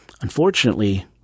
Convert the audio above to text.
unfortunately